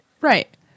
Right